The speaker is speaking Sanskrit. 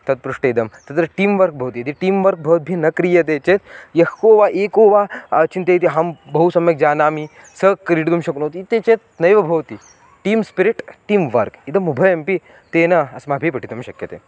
तत् पृष्टे इदं तत्र टीं वर्क् भवति यदि टीं वर्क् भवद्भिः न क्रियते चेत् यः को वा एको वा चिन्तयति अहं बहु सम्यक् जानामि सः क्रीडितुं शक्नोति इति चेत् नैव भवति टीं स्पिरिट् टीं वर्क् इदम् उभयमपि तेन अस्माभिः पठितुं शक्यते